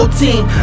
team